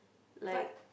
like